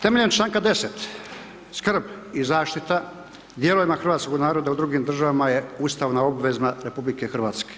Temeljem čl. 10. skrb i zaštita dijelovima Hrvatskog naroda u drugim državama je Ustavna obveza RH.